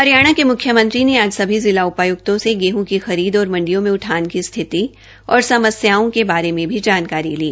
हरियाणा के मुख्यमंत्री ने आज सभी जिला उपाय्क्तों से गेहं की खरीद और मंडियो से उठान की स्थिति और समस्याओं के बारे में भी जानकारी ली